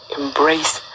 embrace